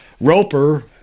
Roper